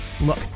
Look